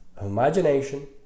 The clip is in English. imagination